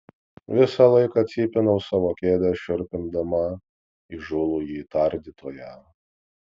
visą laiką cypinau savo kėdę šiurpindama įžūlųjį tardytoją